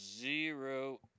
Zero